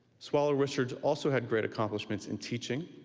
swallow-richards also had great accomplishments in teaching.